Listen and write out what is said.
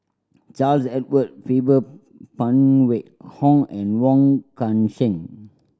Charles Edward Faber Phan Wait Hong and Wong Kan Seng